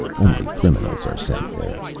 only criminals are sent there.